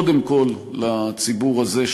קודם כול לציבור הזה,